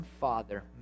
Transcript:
father